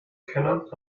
cannot